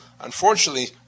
Unfortunately